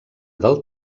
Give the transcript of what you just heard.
del